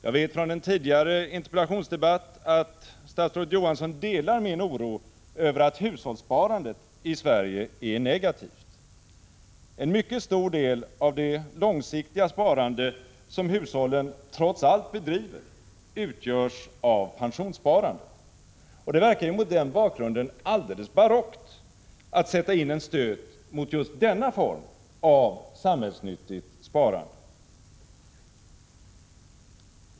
Jag vet från en tidigare interpellationsdebatt att statsrådet Johansson delar min oro över att hushållssparandet i Sverige är negativt. En mycket stor del av det långsiktiga sparande som hushållen trots allt bedriver utgörs av pensionssparande. Det verkar ju mot den bakgrunden alldeles barockt att sätta in en stöt mot just denna form av samhällsnyttigt sparande.